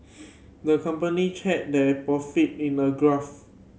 the company charted their profit in a graph